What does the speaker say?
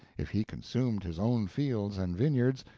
if he consumed his own fields and vineyards,